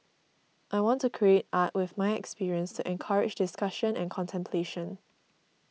I want to create art with my experience to encourage discussion and contemplation